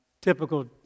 typical